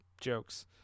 jokes